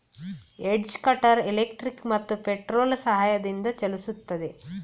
edge cutter electric ಮತ್ತು petrol ಸಹಾಯದಿಂದ ಚಲಿಸುತ್ತೆ